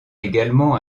également